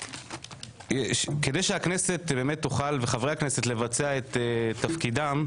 כדי שהכנסת וחברי הכנסת יוכלו לבצע את תפקידם,